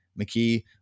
McKee